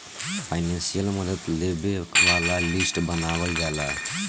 financial मदद लेबे वाला लिस्ट बनावल जाला